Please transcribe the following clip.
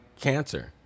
Cancer